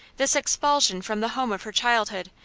this expulsion from the home of her childhood,